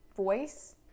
voice